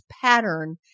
pattern